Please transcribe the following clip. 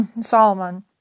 Solomon